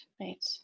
right